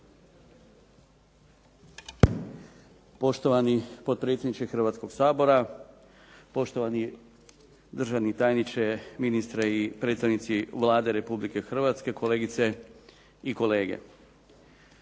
Poštovani potpredsjedniče Hrvatskog sabora, poštovani državni tajniče, ministre i predstavnici Vlade Republike Hrvatske, kolegice i kolege.